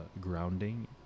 grounding